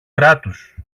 κράτους